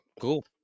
Cool